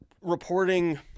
reporting